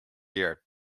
year